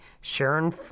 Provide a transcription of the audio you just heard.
Sharon